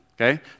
okay